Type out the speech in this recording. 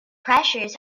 pressures